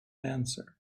answer